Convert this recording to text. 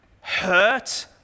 hurt